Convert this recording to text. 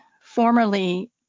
formerly